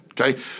okay